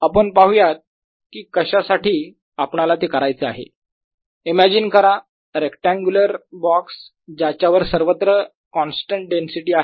आपण पाहूयात की कशासाठी आपणाला ते करायचे आहे इमॅजीन करा रेक्टांगुलार बॉक्स ज्याच्यावर सर्वत्र कॉन्स्टंट डेन्सिटी आहे